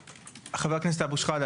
חבר הכנסת אבו שחאדה,